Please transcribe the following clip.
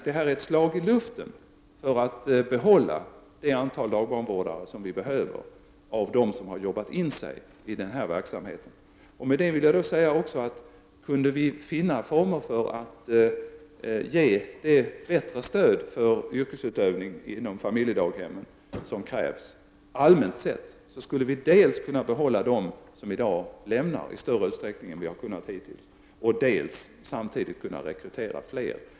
Det här är ett slag i luften för att behålla det antal dagbarnvårdare som vi behöver av dem som har arbetat in sig i verksamheten. Kunde vi finna former för att ge det bättre stöd för yrkesutövning inom familjedaghemmen som krävs allmänt sett skulle vi dels i större utsträckning kunna behålla dem som lämnar barnomsorgen än vad vi har kunnat hittills, dels samtidigt kunna rekrytera fler.